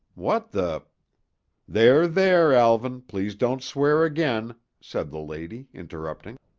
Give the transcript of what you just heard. what the there, there, alvan, please don't swear again, said the lady, interrupting.